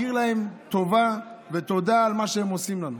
מכיר להם טובה ותודה על מה שהם עושים לנו.